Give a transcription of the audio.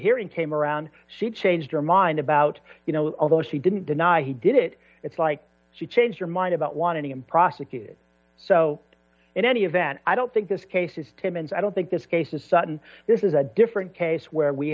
hearing came around she changed her mind about you know although she didn't deny he did it it's like she changed her mind about wanting him prosecuted so in any event i don't think this case is timmons i don't think this case is sudden this is a different case where we